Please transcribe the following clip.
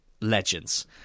Legends